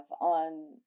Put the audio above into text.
on